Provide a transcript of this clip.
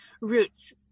roots